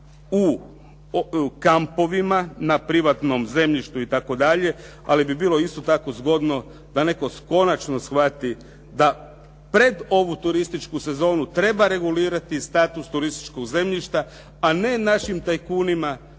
u kampovima na privatnom zemljištu itd., ali bi bilo isto tako zgodno da netko konačno shvati da pred ovu turističku sezonu treba regulirati status turističkog zemljišta, a ne našim tajkunima